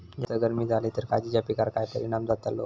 जास्त गर्मी जाली तर काजीच्या पीकार काय परिणाम जतालो?